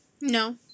No